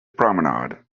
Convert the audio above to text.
promenade